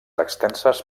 extenses